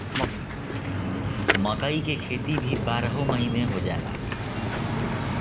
मकई के खेती भी बारहो महिना हो जाला